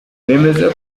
bemeza